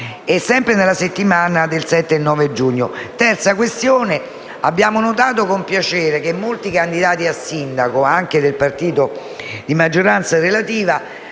terza questione.